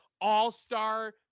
all-star